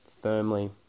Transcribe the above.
firmly